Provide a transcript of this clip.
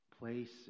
place